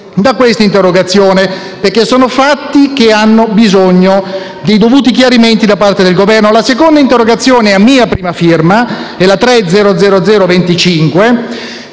La seconda interrogazione, a mia prima firma, la